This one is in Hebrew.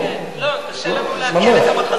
לא, קשה לנו לעכל את המחזה הזה.